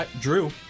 Drew